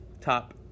top